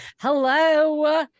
hello